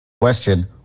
question